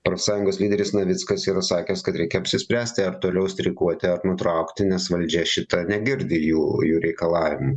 profsąjungos lyderis navickas yra sakęs kad reikia apsispręsti ar toliau streikuoti ar nutraukti nes valdžia šita negirdi jų jų reikalavimų